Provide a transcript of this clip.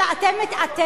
מי מתערב?